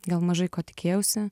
gal mažai ko tikėjausi